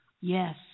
Yes